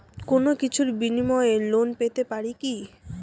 কোনো কিছুর বিনিময়ে লোন পেতে পারি কি?